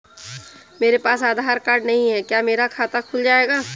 मेरे पास आधार कार्ड नहीं है क्या मेरा खाता खुल जाएगा?